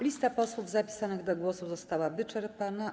Lista posłów zapisanych do głosu została wyczerpana.